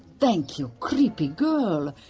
thank you, creepy girl.